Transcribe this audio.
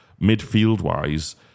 midfield-wise